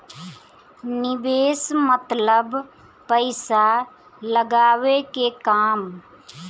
निवेस मतलब पइसा लगावे के काम